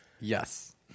Yes